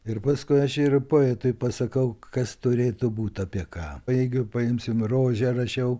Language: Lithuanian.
ir paskui aš ir poetui pasakau kas turėtų būt apie ką va jeigu paimsim rožę rašiau